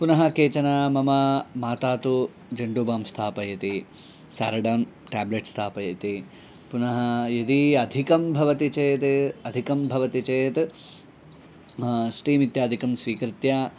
पुनः केचन मम माता तु झण्डुबां स्थापयति सारिडान् टाब्लेट्स् स्थापयति पुनः यदि अधिकं भवति चेद् अधिकं भवति चेत् स्टीम् इत्यादिकं स्वीकृत्य